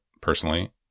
personally